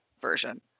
version